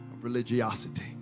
religiosity